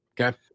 Okay